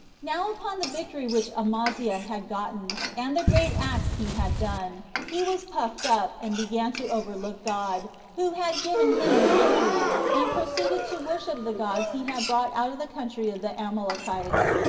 now upon the victory which amaziah had gotten, and the great acts he had done, he was puffed up, and began to overlook god, who had given him the victory, and proceeded to worship the gods he had brought out of the country of the amalekites.